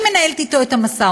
היא מנהלת אתו את המשא-ומתן,